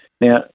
Now